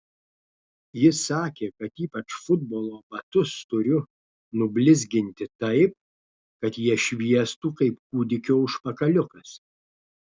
jis sakė kad ypač futbolo batus turiu nublizginti taip kad jie šviestų kaip kūdikio užpakaliukas